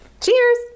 Cheers